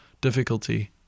difficulty